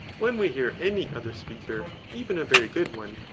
when we hear any other speaker, even a very good one,